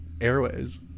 Airways